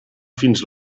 fins